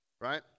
right